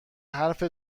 حرفت